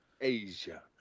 Asia